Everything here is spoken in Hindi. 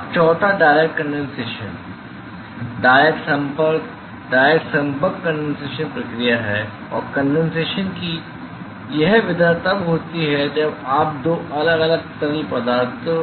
अब चौथा डायरेक्ट कंडेनसेशन डायरेक्ट संपर्क डायरेक्ट संपर्क कंडेनसेशन प्रक्रिया है और कंडेनसेशन की यह विधा तब होती है जब आप दो अलग अलग तरल पदार्थों